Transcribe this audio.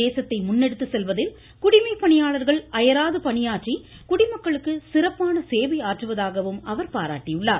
தேசத்தை முன்னெடுத்துச் செல்வதில் குடிமைப் பணியாளர்கள் அயராது பணியாற்றி குடிமக்களுக்கு சிறப்பான சேவையாற்றுவதாக அவர் பாராட்டிள்ளார்